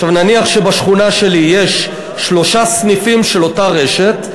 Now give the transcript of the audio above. עכשיו נניח שבשכונה שלי יש שלושה סניפים של אותה רשת,